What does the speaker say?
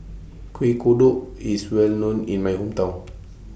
Kuih Kodok IS Well known in My Hometown